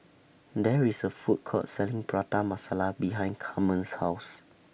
There IS A Food Court Selling Prata Masala behind Carmen's House